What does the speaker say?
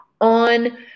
on